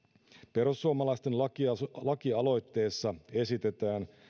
perussuomalaisten lakialoitteessa esitetään